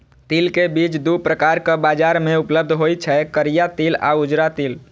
तिल के बीज दू प्रकारक बाजार मे उपलब्ध होइ छै, करिया तिल आ उजरा तिल